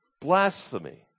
Blasphemy